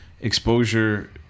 Exposure